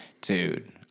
Dude